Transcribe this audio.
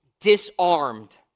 disarmed